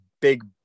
big